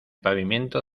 pavimento